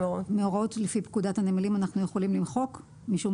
מהוראות לפי פקודת הנמלים אנחנו יכולים למחוק משום